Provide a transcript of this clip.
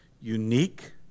unique